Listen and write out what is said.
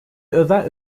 özel